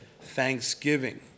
thanksgiving